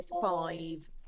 five